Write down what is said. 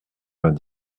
vingt